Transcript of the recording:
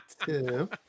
two